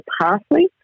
parsley